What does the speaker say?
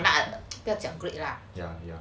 but ah 不要讲 grade lah